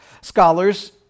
Scholars